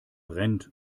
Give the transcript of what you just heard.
brennt